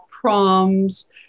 proms